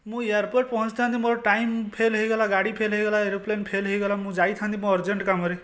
ମୁଁ ଏୟାରପୋର୍ଟ ପହଞ୍ଚିଥାନ୍ତି ମୋର ଟାଇମ ଫେଲ ହୋଇଗଲା ଗାଡ଼ି ଫେଲ୍ ହୋଇଗଲା ଏରୋପ୍ଲେନ ଫେଲ୍ ହୋଇଗଲା ମୁଁ ଯାଇଥାନ୍ତି ମୋ ଅର୍ଜେଣ୍ଟ କାମରେ